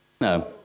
No